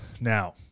now